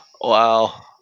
wow